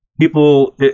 people